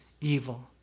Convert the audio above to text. evil